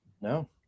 No